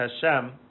Hashem